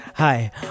Hi